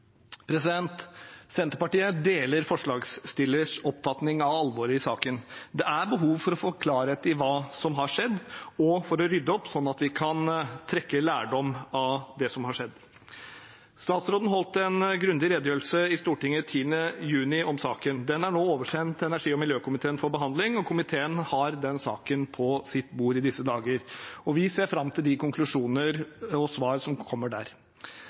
Senterpartiet deler forslagsstillers oppfatning av alvoret i saken. Det er behov for å få klarhet i hva som har skjedd, og for å rydde opp, sånn at vi kan trekke lærdom av det som har skjedd. Statsråden holdt en grundig redegjørelse i Stortinget 10. juni om saken. Den er nå oversendt energi- og miljøkomiteen for behandling, og komiteen har den saken på sitt bord i disse dager. Vi ser fram til de konklusjoner og svar som kommer der.